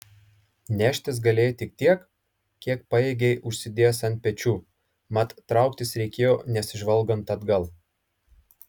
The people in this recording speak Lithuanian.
neštis galėjai tik tiek kiek pajėgei užsidėjęs ant pečių mat trauktis reikėjo nesižvalgant atgal